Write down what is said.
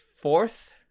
fourth